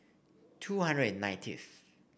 two hundred and ninetieth